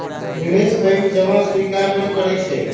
निवेश बैंक जमा स्वीकार न करइ छै